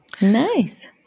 nice